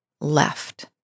left